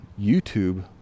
YouTube